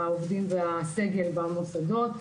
העובדים והסגל במוסדות.